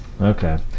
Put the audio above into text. Okay